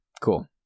Cool